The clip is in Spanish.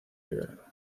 liberado